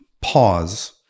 pause